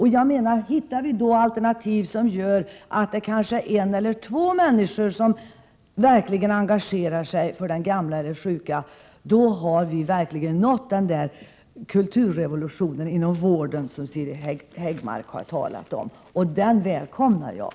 Hittar vi alternativ som gör att det är kanske en eller två människor som verkligen engagerar sig för den gamla eller sjuka, då har vi nått den kulturrevolution inom vården som Siri Häggmark har talat om, och den välkomnar jag.